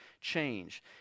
change